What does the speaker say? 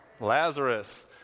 Lazarus